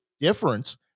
difference